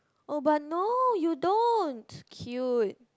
oh but no you don't it's cute